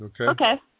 Okay